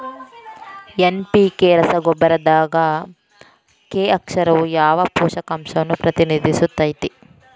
NPK ರಸಗೊಬ್ಬರದಾಗ K ಅಕ್ಷರವು ಯಾವ ಪೋಷಕಾಂಶವನ್ನ ಪ್ರತಿನಿಧಿಸುತೈತ್ರಿ?